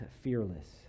Fearless